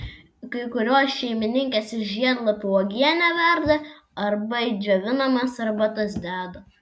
kai kurios šeimininkės iš žiedlapių uogienę verda arba į džiovinamas arbatas deda